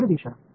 Zதிசை